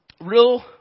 real